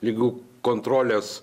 ligų kontrolės